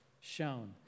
shown